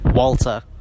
Walter